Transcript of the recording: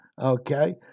Okay